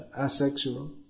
asexual